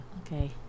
okay